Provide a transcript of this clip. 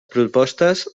propostes